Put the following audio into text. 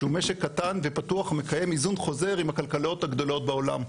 שהוא משק קטן ופתוח ומקיים איזון חוזר עם הכלכלות הגדולות בעולם,